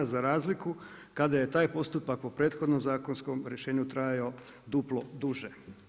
Za razliku kada je taj postupak po prethodnom zakonskom rješenju trajao duplo duže.